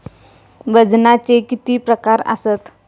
वजनाचे किती प्रकार आसत?